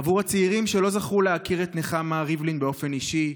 עבור הצעירים שלא זכו להכיר את נחמה ריבלין באופן אישי,